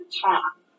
top